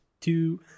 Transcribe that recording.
two